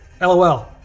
lol